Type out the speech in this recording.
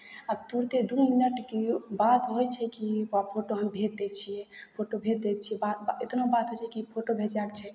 आब तुरन्ते कि दू मिनट बात होइ छै की फोटो हम भेज दै छियै फोटो भेज दै छियै बात इतना बात होइ छै की फोटो भेजयके छै